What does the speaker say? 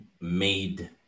made